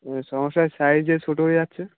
সমস্যা সাইজে ছোটো হয়ে যাচ্ছে